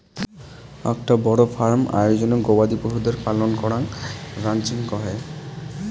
আকটা বড় ফার্ম আয়োজনে গবাদি পশুদের পালন করাঙ রানচিং কহে